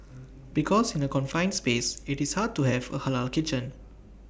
because in A confined space IT is hard to have A Halal kitchen